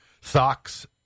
socks